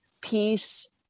peace